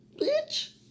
Bitch